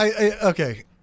okay